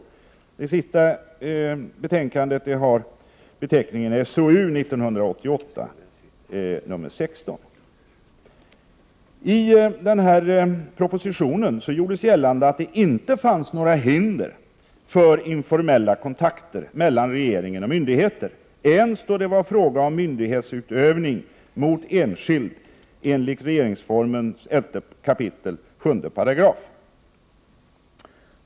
I nämnda proposition gjordes gällande att det inte fanns några hinder för ”informella kontakter” mellan regeringen och myndigheter ens då det var fråga om myndighetsutövning mot enskild enligt regeringsformen 11 kap. 7 8.